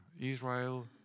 Israel